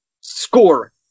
score